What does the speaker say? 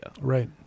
Right